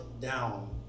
down